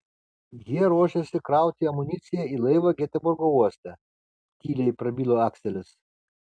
jie ruošėsi krauti amuniciją į laivą geteborgo uoste tyliai prabilo akselis